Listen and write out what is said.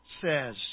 says